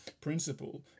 principle